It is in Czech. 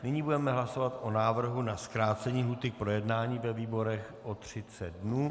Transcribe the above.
Nyní budeme hlasovat o návrhu na zkrácení lhůty k projednání ve výborech o třicet dnů.